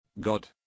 God